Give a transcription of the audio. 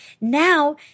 now